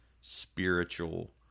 spiritual